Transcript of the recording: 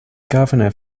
governor